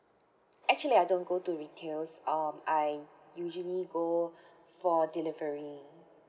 actually I don't go to retails um I usually go for delivery